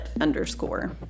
underscore